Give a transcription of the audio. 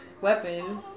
weapon